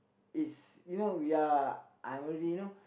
is you know we are I'm already you know